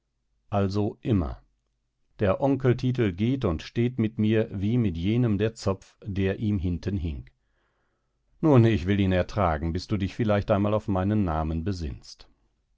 also immer der onkeltitel geht und steht mit mir wie mit jenem der zopf der ihm hinten hing nun ich will ihn ertragen bis du dich vielleicht einmal auf meinen namen besinnst